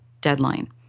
deadline